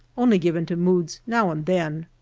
only given to moods now and then.